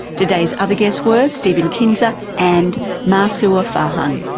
today's other guests were steven kinzer and mansour farhang.